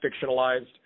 fictionalized